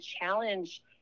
challenge